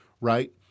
right